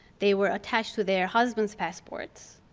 they were attached to their husband's passports.